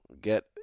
get